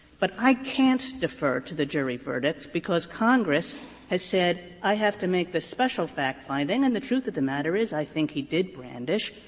but i can't defer to the jury verdict because congress has said i have to make this special factfinding, and the truth of the matter is i think he did brandish,